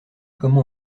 comment